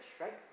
right